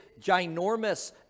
ginormous